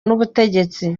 n’ubutegetsi